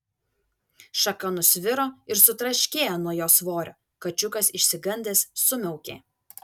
šaka nusviro ir sutraškėjo nuo jo svorio kačiukas išsigandęs sumiaukė